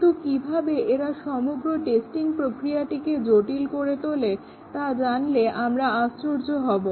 কিন্তু কিভাবে এরা সমগ্র টেস্টিং প্রক্রিয়াটিকে জটিল করে তোলে তা জানলে আমরা আশ্চর্য হব